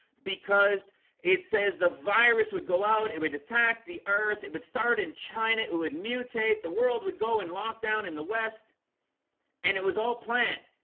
because it says the virus would go out it would attack the earth it would start in. china it would mutate the world would go in lockdown in the west and it was all planned.